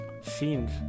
scenes